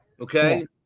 Okay